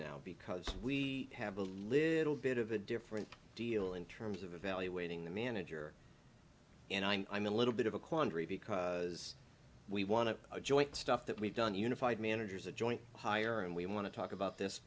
now because we have a little bit of a different deal in terms of evaluating the manager and i'm i'm a little bit of a quandary because we want to a joint stuff that we've done unified managers a joint hire and we want to talk about this